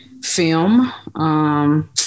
film